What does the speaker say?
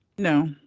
No